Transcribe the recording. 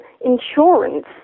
insurance